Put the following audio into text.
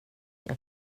jag